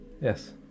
Yes